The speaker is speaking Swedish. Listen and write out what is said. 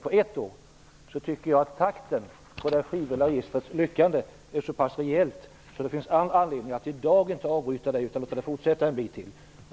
på ett år, tycker jag att takten i det frivilliga registret är så rejäl att det inte finns någon anledning att avbryta det i dag, utan det bör få fortsätta ett tag till.